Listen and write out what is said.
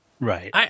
Right